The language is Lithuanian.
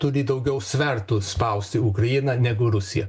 turi daugiau svertų spausti ukrainą negu rusija